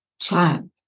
child